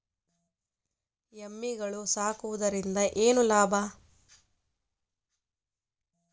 ಎಮ್ಮಿಗಳು ಸಾಕುವುದರಿಂದ ಏನು ಲಾಭ?